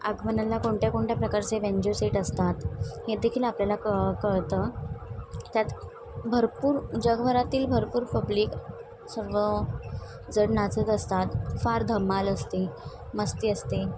आगमनाला कोणत्या कोणत्या प्रकारचे वेंज्यू सीट असतात हे देखील आपल्याला कळतं त्यात भरपूर जगभरातील भरपूर पब्लिक सर्व जड नाचत असतात फार धमाल असते मस्ती असते